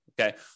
Okay